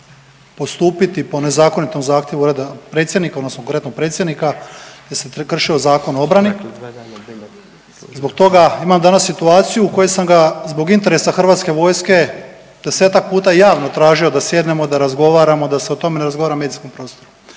postupiti po nezakonitom zahtjevu Ureda predsjednika odnosno konkretno predsjednika, da sam prekršio Zakon o obrani, zbog toga imam danas situaciju u kojoj sam ga zbog interesa HV-a desetak puta javno tražio da sjednemo, da razgovaramo, da se o tome ne razgovara u medijskom prostoru.